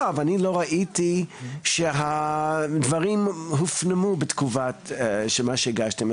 אבל אני לא ראיתי שהדברים הופנמו וזאת על סמך התגובה שהגשתם.